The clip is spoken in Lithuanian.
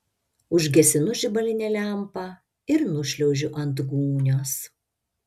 užgesinu žibalinę lempą ir nušliaužiu ant gūnios